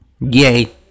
Yay